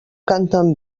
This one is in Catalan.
canten